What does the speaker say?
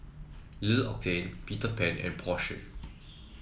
L'Occitane Peter Pan and Porsche